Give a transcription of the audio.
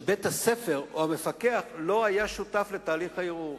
שבית-הספר או המפקח לא היה שותף לתהליך הערעור,